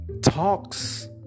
talks